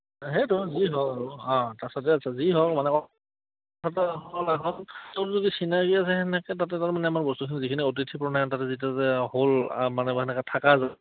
সেইটো যি হওক অঁ তাৰছতে যি হওক তোৰ যদি চিনাকি আছে তেনেকৈ তাতে তাৰ মানে আমাৰ বস্তুখিনি যিখিনি অতিথি প্ৰণায়নতা যেতিয়া যে হ'ল মানে মানে থকা য